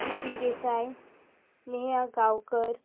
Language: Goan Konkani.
सिद्धी देसाय नेहा गांवकर